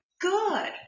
Good